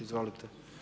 Izvolite.